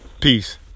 Peace